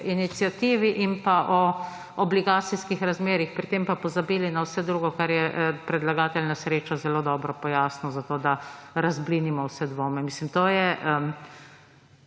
iniciativi in o obligacijskih razmerjih, pri tem pa pozabili na vse drugo, kar je predlagatelj na srečo zelo dobro pojasnil, zato da razblinimo vse dvome. Mislim, to je